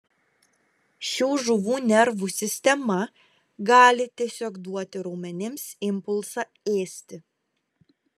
šių žuvų nervų sistema gali tiesiog duoti raumenims impulsą ėsti